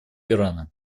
ирана